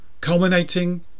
culminating